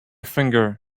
finger